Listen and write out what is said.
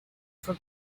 for